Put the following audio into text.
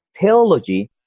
theology